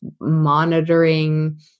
monitoring